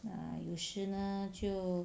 err 有时呢就